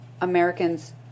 Americans